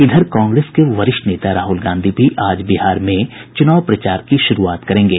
इधर कांग्रेस के वरिष्ठ नेता राहुल गांधी भी आज बिहार में चुनाव प्रचार की शुरूआत करेंगे